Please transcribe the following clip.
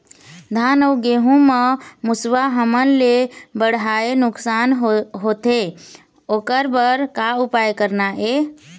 धान अउ गेहूं म मुसवा हमन ले बड़हाए नुकसान होथे ओकर बर का उपाय करना ये?